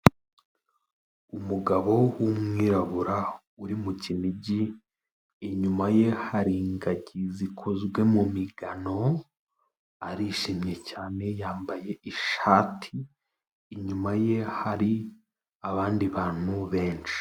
Umugabo w'umwirabura uri mu Kinigi, inyuma ye hari ingagi zikozwe mu migano, arishimye cyane yambaye ishati, inyuma ye hari abandi bantu benshi.